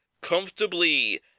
comfortably